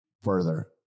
further